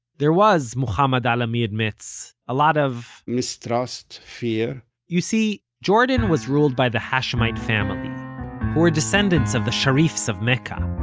there was, mohamad ah alami admits, a lot of, mistrust, fear you see, jordan was ruled by the hashemite family, who were descendants of the sharifs of mecca.